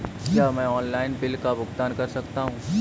क्या मैं online bill का भुगतान कर सकता हूँ?